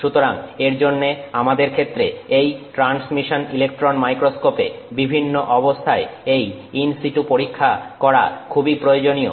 সুতরাং এর জন্য আমাদের ক্ষেত্রে এই ট্রান্সমিশন ইলেকট্রন মাইক্রোস্কোপে বিভিন্ন অবস্থায় এই ইন সিটু পরীক্ষা করা খুবই প্রয়োজনীয়